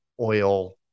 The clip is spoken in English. oil